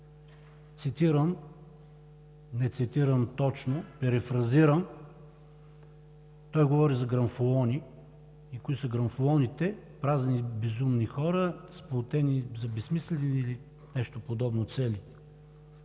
книгата, не цитирам точно – перифразирам, той говори за гранфолони. Кои са гранфолоните? Празни, безумни хора, сплотени за безсмислени, или нещо подобно, цели.